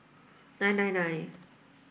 nine nine nine